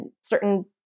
certain